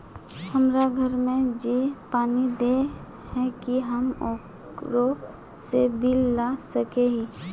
हमरा घर में जे पानी दे है की हम ओकरो से बिल ला सके हिये?